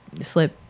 slip